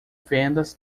vendas